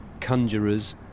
conjurers